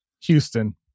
Houston